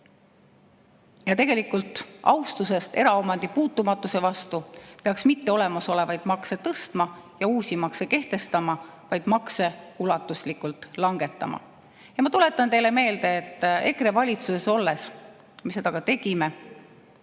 valelik. Austusest eraomandi puutumatuse vastu ei peaks olemasolevaid makse tõstma ja uusi makse kehtestama, vaid makse ulatuslikult langetama. Ma tuletan teile meelde, et kui EKRE oli valitsuses, me seda ka tegime.